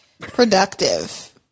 productive